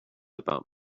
about